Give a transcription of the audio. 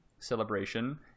Celebration